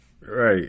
Right